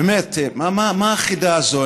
באמת, מה החידה הזאת?